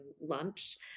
lunch